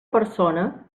persona